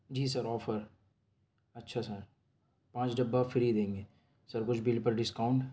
جی sir offer اچھا sir پانچ ڈبا آپ فری دیں گے سر کچھ بل پر ڈسکاؤنٹ